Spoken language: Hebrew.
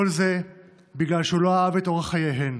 כל זה בגלל שהוא לא אהב את אורח חייהן.